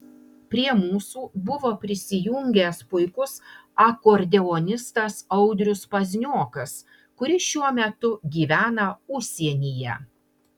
prie mūsų buvo prisijungęs puikus akordeonistas audrius pazniokas kuris šiuo metu gyvena užsienyje